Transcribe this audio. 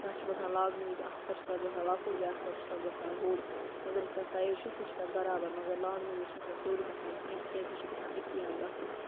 تَتھ چھِ باسان لاگنہٕ وِزِ اَکھ کھۄر چھِ تَتھ باسان لۄکُٹ بیٛاکھ کھۄر چھِ تَتھ باسان بوٚڈ مگر یُس تَتھ سایِز چھِ سُہ چھِ تَتھ برابر مگر لاگنہٕ وِزِ چھَنہٕ سۄ سیوٚد گژھان کِہیٖنۍ تِکیٛازِ سۄ چھِ گژھان اَکی اَنٛدٕ تَتھ یُس